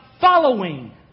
following